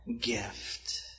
gift